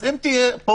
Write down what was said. אם תהיה פה